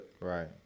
Right